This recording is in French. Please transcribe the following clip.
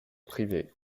privé